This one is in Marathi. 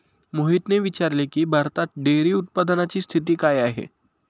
मोहितने विचारले की, भारतात डेअरी उत्पादनाची स्थिती काय आहे?